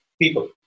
people